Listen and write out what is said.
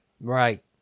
Right